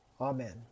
Amen